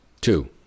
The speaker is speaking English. Two